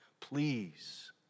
please